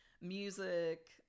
music